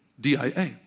D-I-A